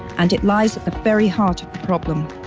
and it lies at the very heart of the problem.